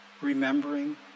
remembering